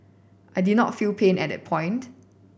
I did not feel pain at that point